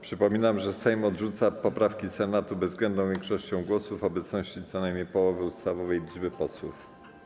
Przypominam, że Sejm odrzuca poprawki Senatu bezwzględną większością głosów w obecności co najmniej połowy ustawowej liczby posłów.